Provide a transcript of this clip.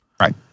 Right